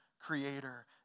creator